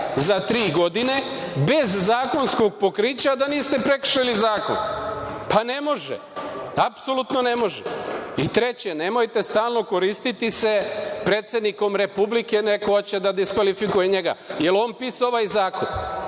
za tri godine bez zakonskog pokrića, a da niste prekršili zakon? Ne može. Apsolutno ne može. Treće. Nemojte se stalno koristiti predsednikom Republike, neko hoće da diskvalifikuje njega. Da li je on pisao ovaj zakon?